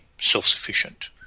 self-sufficient